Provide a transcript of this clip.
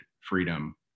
freedom